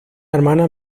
hermana